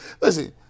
Listen